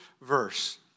verse